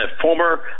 former